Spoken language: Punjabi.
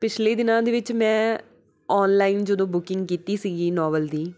ਪਿਛਲੇ ਦਿਨਾਂ ਦੇ ਵਿੱਚ ਮੈਂ ਔਨਲਾਈਨ ਜਦੋਂ ਬੁਕਿੰਗ ਕੀਤੀ ਸੀਗੀ ਨੋਵਲ ਦੀ